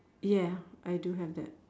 ya I do have that